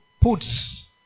puts